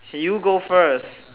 can you go first